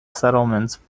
settlements